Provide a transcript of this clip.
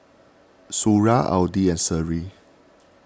Suria Adi and Seri